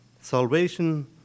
salvation